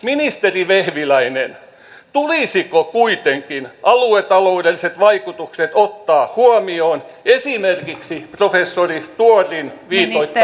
ministeri vehviläinen tulisiko kuitenkin aluetaloudelliset vaikutukset ottaa huomioon esimerkiksi professori tuorin viitoittamilla perusteilla